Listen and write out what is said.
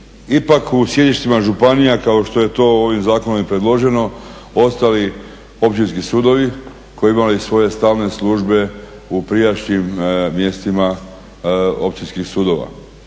ipak u sjedištima županija, kao što je to ovim zakonom i predloženi ostali općinski sudovi koji bi imali svoje stalne službe u prijašnjim mjestima općinskih sudova.